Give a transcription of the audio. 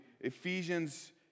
Ephesians